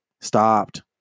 stopped